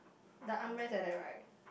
the arm rest like that right